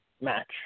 match